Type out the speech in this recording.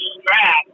strap